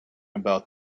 about